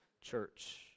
church